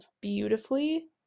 beautifully